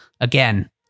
again